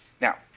Now